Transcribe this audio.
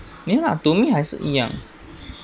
没有啦 to me 还是一样